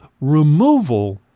removal